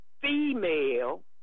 female